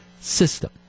system